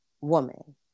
woman